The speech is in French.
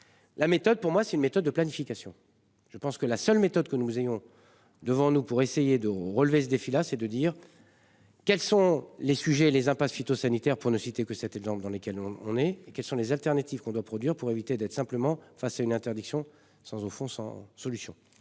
La méthode pour moi c'est une méthode de planification. Je pense que la seule méthode que nous ayons devant nous pour essayer de relever ce défi-là c'est de dire. Quels sont les sujets, les impasses phytosanitaires pour ne citer que cet exemple dans lesquels on on est et quelles sont les alternatives qu'on doit produire pour éviter d'être simplement enfin c'est une interdiction sans au fond